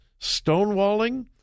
stonewalling